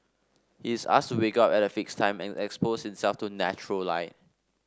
he is asked to wake up at a fixed time and expose himself to natural light